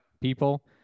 people